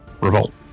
revolt